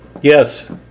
Yes